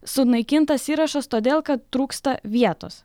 sunaikintas įrašas todėl kad trūksta vietos